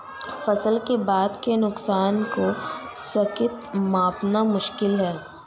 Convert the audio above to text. फसल के बाद के नुकसान को सटीक मापना मुश्किल है